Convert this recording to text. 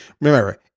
Remember